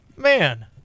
man